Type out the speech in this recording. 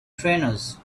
trainers